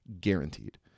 guaranteed